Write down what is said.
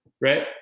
Right